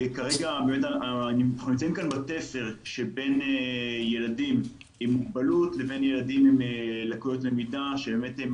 כאן בתפר שבין ילדים עם מוגבלות לבין ילדים עם לקויות למידה שהם